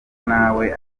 nawe